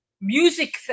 music